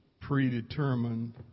predetermined